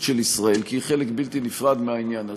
של ישראל כי היא חלק בלתי נפרד מהעניין הזה.